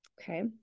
Okay